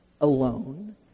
Alone